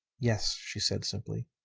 yes, she said simply.